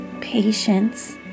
patience